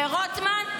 ורוטמן?